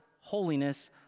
holiness